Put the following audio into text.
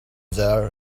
there